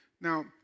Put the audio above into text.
Now